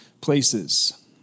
places